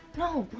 no.